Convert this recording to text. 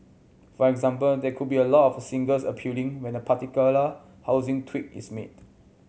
for example there could be a lot of singles appealing when a particular housing tweak is made